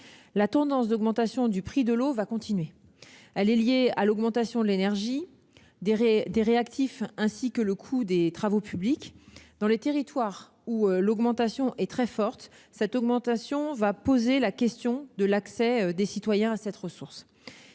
La tendance d'augmentation du prix de l'eau va continuer : elle est liée à l'augmentation des prix de l'énergie et des réactifs, ainsi qu'au coût des travaux publics. Dans les territoires où l'augmentation est très forte se pose la question de l'accès des citoyens à cette ressource.